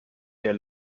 der